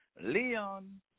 Leon